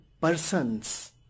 persons